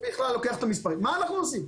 מה אנחנו עושים?